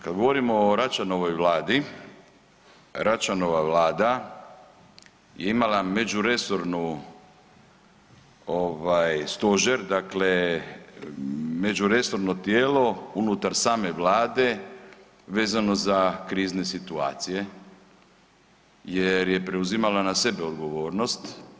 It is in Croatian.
Kada govorimo o Račanovoj Vladi, Račanova Vlada je imala međuresorni stožer, međuresorno tijelo unutar same Vlade vezano za krizne situacije, jer je preuzimala na sebe odgovornost.